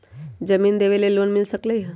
जमीन देवे से लोन मिल सकलइ ह?